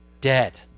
dead